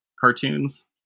cartoons